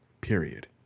period